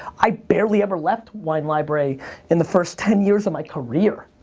i barely ever left wine library in the first ten years of my career.